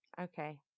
Okay